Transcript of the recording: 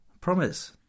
promise